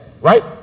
right